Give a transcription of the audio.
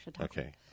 Okay